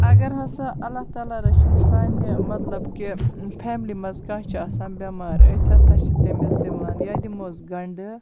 اَگَر ہَسا اللہ تعالیٰ رٔچھِنۍ سانہِ مَطلَب کہِ فیملی مَنٛز کانٛہہ چھُ آسان بٮ۪مار أسۍ ہَسا چھِ تٔمس دِوان یا دِمہوس گَنڈٕ